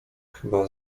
chyba